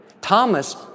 Thomas